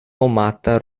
nomata